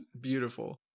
beautiful